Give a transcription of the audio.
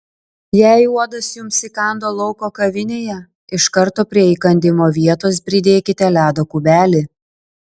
jei uodas jums įkando lauko kavinėje iš karto prie įkandimo vietos pridėkite ledo kubelį